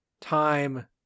time